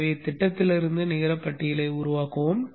எனவே திட்டத்திலிருந்து நிகர பட்டியலை உருவாக்குவோம்